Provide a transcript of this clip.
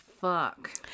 fuck